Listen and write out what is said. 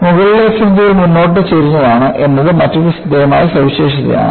മുകളിലെ ഫ്രിഞ്ച്കൾ മുന്നോട്ട് ചരിഞ്ഞതാണ് എന്നത് മറ്റൊരു ശ്രദ്ധേയമായ സവിശേഷതയാണ്